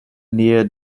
nähe